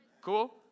cool